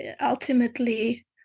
ultimately